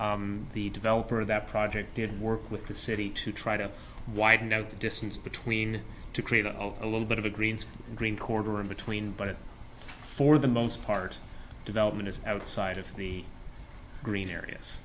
the developer of that project did work with the city to try to widen out the distance between to create over a little bit of a greens green corridor in between but for the most part development is outside of the green areas